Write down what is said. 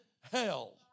hell